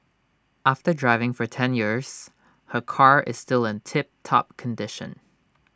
after driving for ten years her car is still in tip top condition